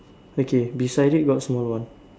okay beside it got small one